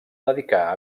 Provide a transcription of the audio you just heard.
dedicar